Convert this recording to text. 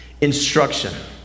instruction